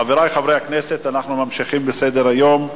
חברי חברי הכנסת, אנחנו ממשיכים בסדר-היום.